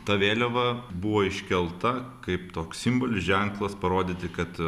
ta vėliava buvo iškelta kaip toks simbolis ženklas parodyti kad